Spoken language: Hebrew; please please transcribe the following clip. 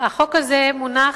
החוק הזה מונח,